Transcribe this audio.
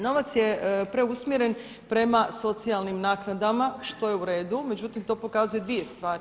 Novac je preusmjeren prema socijalnim naknadama, što je uredu, međutim to pokazuje dvije stvari.